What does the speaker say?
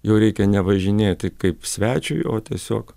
jau reikia nevažinėti kaip svečiui o tiesiog